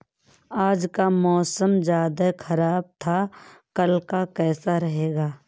आज का मौसम ज्यादा ख़राब था कल का कैसा रहेगा?